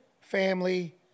family